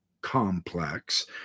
complex